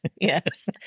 Yes